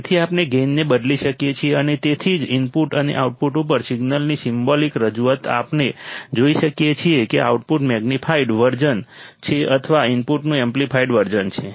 તેથી આપણે ગેઇનને બદલી શકીએ છીએ અને તેથી જ ઇનપુટ અને આઉટપુટ ઉપર સિગ્નલની સિમ્બોલિક રજૂઆત આપણે જોઈ શકીએ છીએ કે આઉટપુટ મેગ્નિફાઇડ વર્ઝન છે અથવા ઇનપુટનું એમ્પ્લીફાઇડ વર્ઝન છે